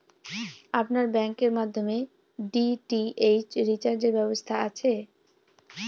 আপনার ব্যাংকের মাধ্যমে ডি.টি.এইচ রিচার্জের ব্যবস্থা আছে?